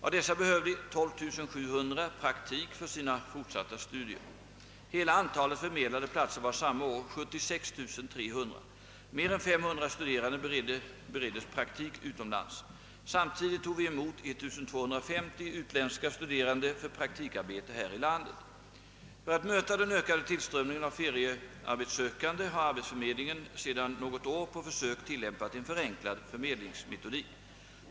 Av dessa behövde 12 700 praktik för sina fortsatta studier. Hela antalet förmedlade platser var samma år 76 300. Mer än 500 studerande bereddes praktik utomlands. Samtidigt tog vi emot 1250 utländska studerande för praktikarbete här i landet. För att möta den ökade tillströmningen av feriearbetssökande har arbetsförmedlingen sedan något år på försök tilllämpat en förenklad förmedlingsmetodik.